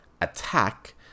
attack